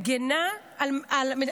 שמגינה על המדינה?